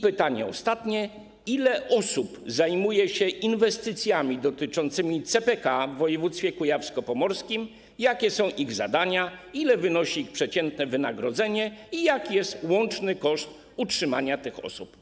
Pytanie ostatnie: Ile osób zajmuje się inwestycjami dotyczącymi CPK w województwie kujawsko-pomorskim, jakie są ich zadania, ile wynosi ich przeciętne wynagrodzenie i jaki jest łączny koszt utrzymania tych osób?